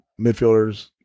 midfielders